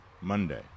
Monday